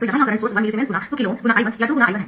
तो यहां यह करंट सोर्स 1 मिलीसीमेंस×2 KΩ ×I1 या 2×I1 है